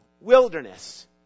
wilderness